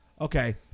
Okay